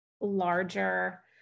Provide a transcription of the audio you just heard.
Larger